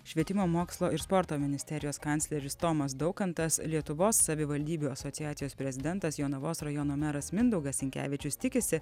švietimo mokslo ir sporto ministerijos kancleris tomas daukantas lietuvos savivaldybių asociacijos prezidentas jonavos rajono meras mindaugas sinkevičius tikisi